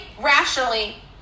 rationally